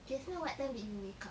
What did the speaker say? just now what time did you wake up